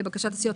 לבקשת הסיעות.